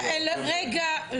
למצב --- רגע,